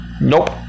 Nope